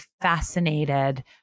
fascinated